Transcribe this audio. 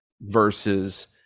versus